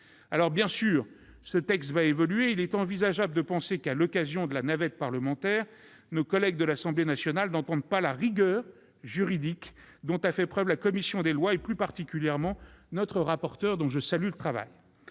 Bien sûr, ce texte va évoluer, et il est envisageable de penser qu'à l'occasion de la navette parlementaire nos collègues de l'Assemblée nationale n'entendent pas la rigueur juridique dont a fait preuve la commission des lois, et plus particulièrement notre rapporteur, dont je salue le travail.